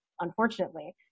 unfortunately